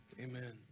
amen